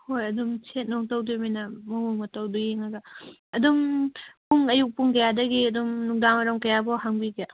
ꯍꯣꯏ ꯑꯗꯨꯝ ꯁꯦꯠ ꯅꯨꯡ ꯇꯧꯗꯃꯤꯅ ꯃꯑꯣꯡ ꯃꯇꯧꯗꯨ ꯌꯦꯡꯉꯒ ꯑꯗꯨꯝ ꯄꯨꯡ ꯑꯌꯨꯛ ꯄꯨꯡ ꯀꯌꯥꯗꯒꯤ ꯑꯗꯨꯝ ꯅꯨꯡꯗꯥꯡ ꯋꯥꯏꯔꯝ ꯀꯌꯥ ꯐꯥꯎ ꯍꯥꯡꯕꯤꯒꯦ